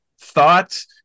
thoughts